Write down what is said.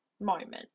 moment